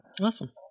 Awesome